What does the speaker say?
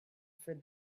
for